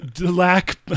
lack